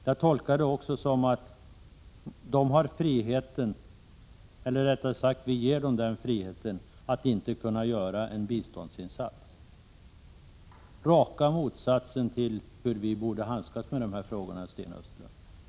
Jag tolkar det som att vi ger dem friheten att 133 inte kunna göra en biståndsinsats. Detta är raka motsatsen till hur vi borde handskas med de här frågorna, Sten Östlund.